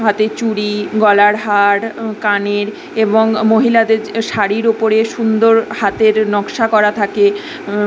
হাতের চুড়ি গলার হার কানের এবং মহিলাদের শাড়ির ওপরে সুন্দর হাতের নকশা করা থাকে